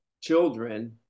children